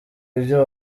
ibyo